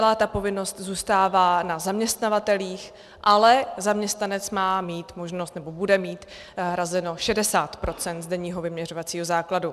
Celá ta povinnost zůstává na zaměstnavatelích, ale zaměstnanec má mít možnost, nebo bude mít hrazeno 60 % z denního vyměřovacího základu.